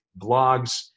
blogs